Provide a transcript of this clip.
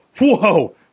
Whoa